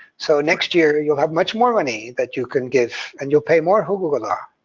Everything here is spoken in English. so next year you'll have much more money that you can give, and you'll pay more huquq'u'llah.